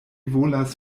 volas